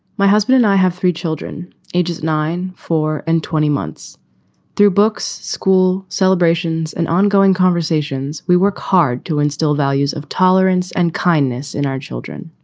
my husband and i have three children ages nine, four and twenty months through books, school celebrations and ongoing conversations. we work hard to instill values of tolerance and kindness in our children.